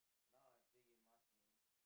now I stay in Marsiling